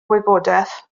wybodaeth